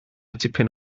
tipyn